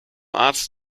arzt